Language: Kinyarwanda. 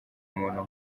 muntu